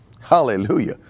Hallelujah